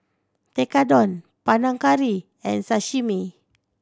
Tekkadon Panang Curry and Sashimi